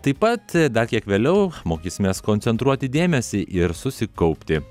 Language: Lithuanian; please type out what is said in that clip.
taip pat dar kiek vėliau mokysimės koncentruoti dėmesį ir susikaupti